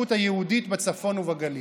ההתיישבות היהודית בצפון ובגליל.